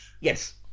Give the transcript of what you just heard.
Yes